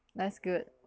that's good